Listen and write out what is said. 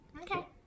Okay